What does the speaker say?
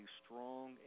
strong